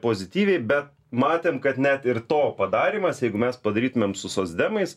pozityviai bet matėm kad net ir to padarymas jeigu mes padarytumėm su socdemais